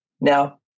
Now